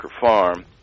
farm